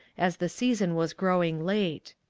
as the season was growing late.